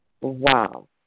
wow